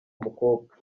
mukobwa